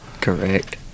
correct